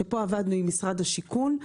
פה עבדנו עם משרד השיכון.